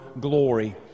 glory